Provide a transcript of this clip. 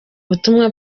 butumwa